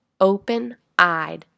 open-eyed